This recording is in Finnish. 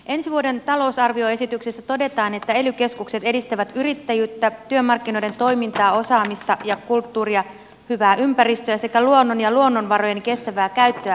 ensi vuoden talousarvioesityksessä todetaan että ely keskukset edis tävät yrittäjyyttä työmarkkinoiden toimintaa osaamista ja kulttuuria hyvää ympäristöä sekä luonnon ja luonnonvarojen kestävää käyttöä alueilla